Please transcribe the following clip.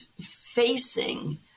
facing